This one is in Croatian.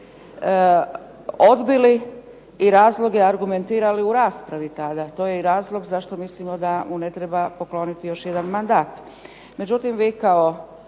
odbili i razloge argumentirali u raspravi tada. To je i razlog zašto mislimo da mu ne treba pokloniti još jedan mandat. Međutim, vi kao